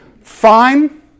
Fine